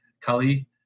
Kali